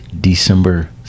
December